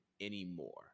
anymore